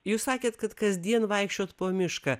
jūs sakėt kad kasdien vaikščiojat po mišką